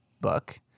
book